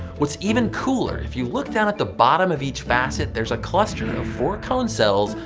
what's even cooler, if you look down at the bottom of each facet? there's a cluster of four cone cells,